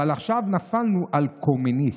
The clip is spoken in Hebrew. אבל עכשיו נפלנו על קומוניסט.